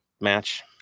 match